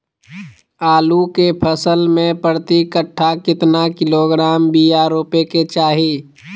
आलू के फसल में प्रति कट्ठा कितना किलोग्राम बिया रोपे के चाहि?